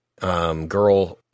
girl